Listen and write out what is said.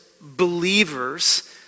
believers